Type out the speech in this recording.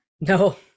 No